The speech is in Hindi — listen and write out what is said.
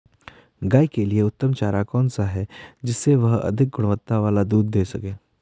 गाय के लिए उत्तम चारा कौन सा है जिससे वह अधिक गुणवत्ता वाला दूध दें सके?